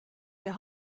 der